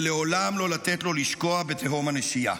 ולעולם לא לתת לו לשקוע בתהום הנשייה,